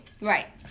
Right